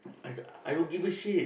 I I don't give a shit